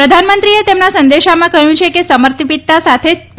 પ્રધાનમંત્રીએ તેમના સંદેશામાં કહ્યું છે કે સમર્પિતતા સાથે પી